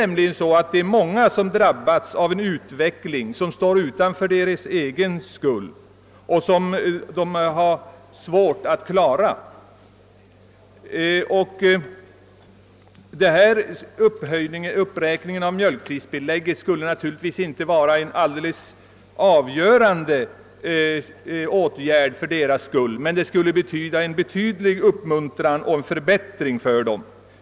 Många har utan egen skuld drabbats av en utveckling som gör att de har svårt att klara sig. Den föreslagna uppräkningen av mjölkpristillägget skulle naturligtvis inte vara någon alldeles avgörande åtgärd för deras del men skulle betyda en avsevärd uppmuntran och förbättring för dem.